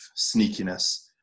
sneakiness